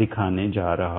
दिखाने जा रहा हूं